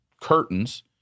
curtains